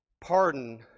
pardon